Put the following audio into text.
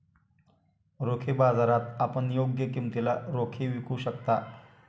रोखे बाजारात आपण योग्य किमतीला रोखे विकू शकता